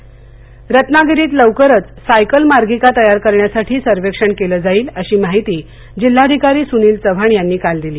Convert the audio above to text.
रत्नागिरी रत्नागिरीत लवकरच सायकल मार्गिका तयार करण्यासाठी सर्वेक्षण केलं जाईल अशी माहिती जिल्हाधिकारी सुनील चव्हाण यांनी काल दिली